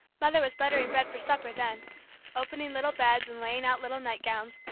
mother was buttering bread for supper, then opening little beds and laying out little nightgowns,